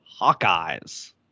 hawkeyes